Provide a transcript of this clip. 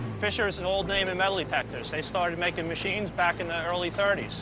fisher is an old name in metal detectors. they started making machines back in the early thirty s.